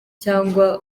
cyangwa